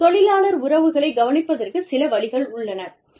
தொழிலாளர் உறவுகளை கவனிப்பதற்கு சில வழிகள் உள்ளன